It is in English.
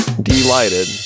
delighted